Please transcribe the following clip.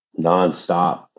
nonstop